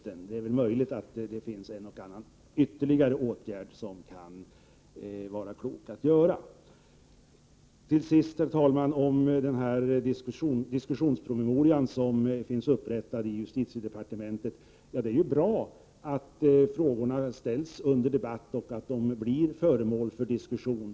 Men det är möjligt att ytterligare någon klok åtgärd skulle kunna vidtas. Till sist vill jag, herr talman, säga något om den diskussionspromemoria som har upprättats i justitiedepartementet. Det är bra att frågorna ställs under debatt och blir föremål för diskussion.